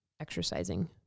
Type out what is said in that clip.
exercising